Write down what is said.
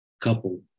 couple